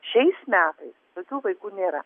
šiais metais tokių vaikų nėra